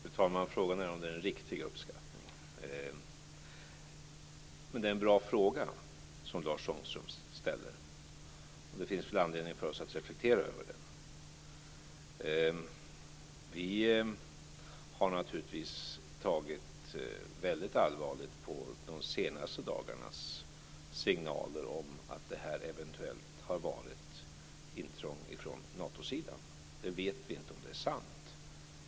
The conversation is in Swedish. Fru talman! Frågan är om det är en riktig uppskattning. Men det är en bra fråga som Lars Ångström ställer. Det finns anledning för oss att reflektera över den. Vi har naturligtvis tagit väldigt allvarligt på de senaste dagarnas signaler om att det eventuellt har skett intrång från Natosidan. Vi vet inte om det är sant.